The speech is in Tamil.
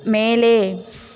மேலே